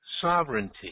sovereignty